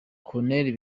colonel